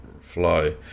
flow